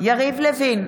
יריב לוין,